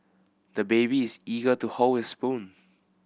the baby is eager to hold his spoon